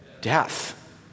Death